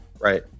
Right